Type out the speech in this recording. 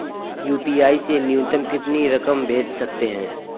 UPI से न्यूनतम कितनी रकम भेज सकते हैं?